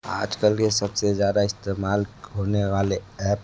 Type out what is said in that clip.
आज कल के सबसे ज़्यादा इस्तेमाल होने वाले ऐप